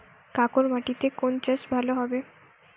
কাঁকর মাটিতে কোন চাষ ভালো হবে?